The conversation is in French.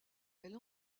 elle